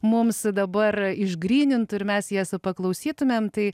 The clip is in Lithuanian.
mums dabar išgrynintų ir mes jas paklausytumėm tai